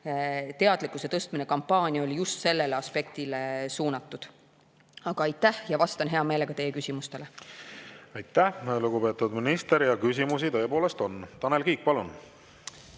teadlikkuse tõstmise kampaania just sellele aspektile suunatud. Aitäh! Vastan hea meelega teie küsimustele. Aitäh, lugupeetud minister! Küsimusi tõepoolest on. Tanel Kiik, palun!